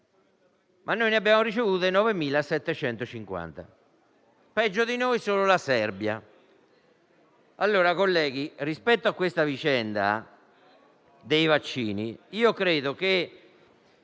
Noi ne abbiamo ricevute 9.750. Peggio di noi solo la Serbia.